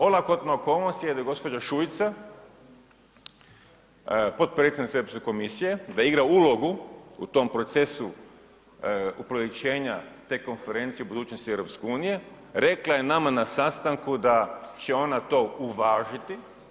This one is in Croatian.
Olakotna okolnost da gospođa Šuica potpredsjednica Europske komisije da igra ulogu u tom procesu upriličenja te Konferencije o budućnosti EU, rekla je nama na sastanku da će ona to uvažiti.